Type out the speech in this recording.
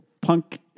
punk